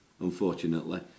unfortunately